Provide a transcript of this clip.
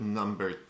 number